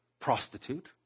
prostitute